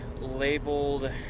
Labeled